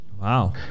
Wow